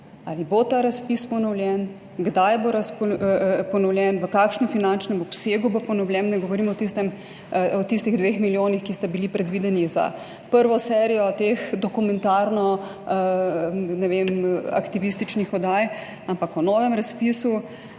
vojaka ponovljen? Kdaj bo ponovljen? V kakšnem finančnem obsegu bo ponovljen? Ne govorim o tistih 2 milijonih, ki sta bila predvidena za prvo serijo teh, ne vem, dokumentarno-aktivističnih oddaj, ampak o novem razpisu.